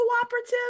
cooperative